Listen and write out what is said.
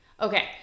Okay